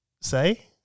say